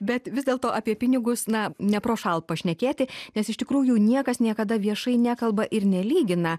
bet vis dėlto apie pinigus na neprošal pašnekėti nes iš tikrųjų niekas niekada viešai nekalba ir nelygina